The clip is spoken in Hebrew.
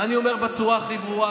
ואני אומר בצורה הכי ברורה: